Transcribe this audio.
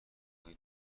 نکنی